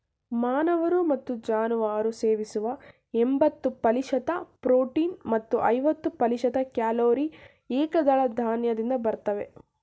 ಮಾನವರು ಮತ್ತು ಜಾನುವಾರು ಸೇವಿಸುವ ಎಂಬತ್ತು ಪ್ರತಿಶತ ಪ್ರೋಟೀನ್ ಮತ್ತು ಐವತ್ತು ಪ್ರತಿಶತ ಕ್ಯಾಲೊರಿ ಏಕದಳ ಧಾನ್ಯದಿಂದ ಬರ್ತವೆ